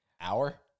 Hour